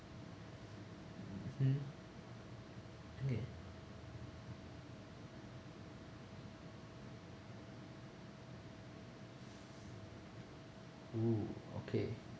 mmhmm okay !woo! okay